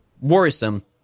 worrisome